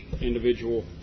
individual